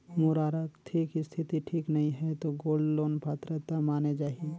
मोर आरथिक स्थिति ठीक नहीं है तो गोल्ड लोन पात्रता माने जाहि?